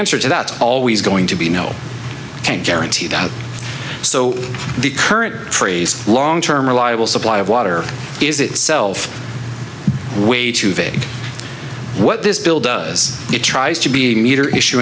answer to that always going to be no i can't guarantee that so the current phrase long term reliable supply of water is itself way too vague what this bill does it tries to be a meter issue